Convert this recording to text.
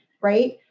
right